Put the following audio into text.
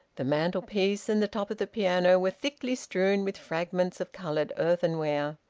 the mantelpiece and the top of the piano were thickly strewn with fragments of coloured earthenware.